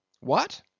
What